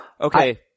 Okay